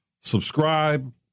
subscribe